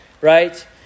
right